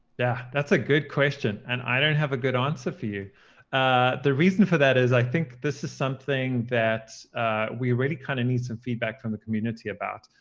yeah that's a good question, and i don't have a good answer for you. ah the reason for that is i think this is something that we really kind of need some feedback from the community about.